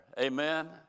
Amen